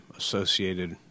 associated